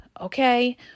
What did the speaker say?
Okay